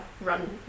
run